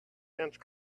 dense